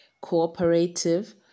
cooperative